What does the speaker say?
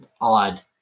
odd